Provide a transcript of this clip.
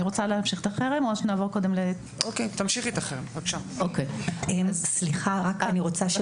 אשמח לדבר אחר כך אבל אני רוצה לקבל מענה מריבה,